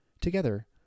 Together